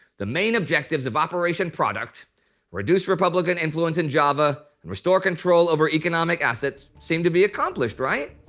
the main objectives of operation product reduce republican influence in java and restore control over economic assets, seem to be accomplished right?